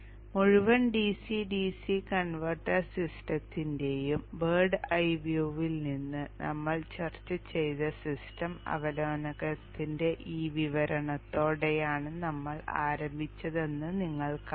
മുഴുവൻ DC DC converter സിസ്റ്റത്തിന്റെയും bird's eye വ്യൂവിൽ നമ്മൾ ചർച്ച ചെയ്ത സിസ്റ്റം അവലോകനത്തിന്റെ ഈ വിവരണത്തോടെയാണ് നമ്മൾ ആരംഭിച്ചതെന്ന് നിങ്ങൾ കാണാം